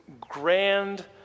grand